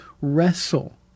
wrestle